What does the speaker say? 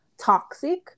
toxic